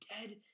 dead